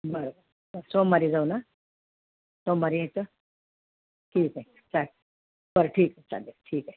बरं बरं बरं सोमवारी जाऊ ना सोमवारी याचं ठीक आहे चा बरं ठीक आहे चालेल ठीक आहे